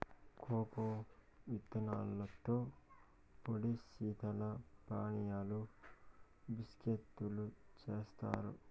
cocoa ఇత్తనాలతో పొడి శీతల పానీయాలు, బిస్కేత్తులు జేత్తారు